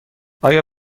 آیا